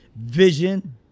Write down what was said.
vision